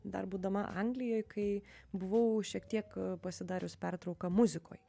dar būdama anglijoj kai buvau šiek tiek pasidarius pertrauką muzikoj